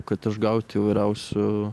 kad išgaut įvairiausių